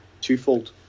twofold